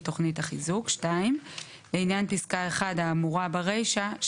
תוכנית החיזוק"; לעניין פסקה (1) האמורה ברישה,